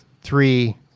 three